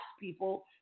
people